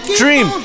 dream